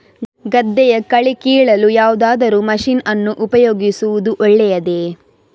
ಗದ್ದೆಯ ಕಳೆ ಕೀಳಲು ಯಾವುದಾದರೂ ಮಷೀನ್ ಅನ್ನು ಉಪಯೋಗಿಸುವುದು ಒಳ್ಳೆಯದೇ?